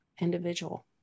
individual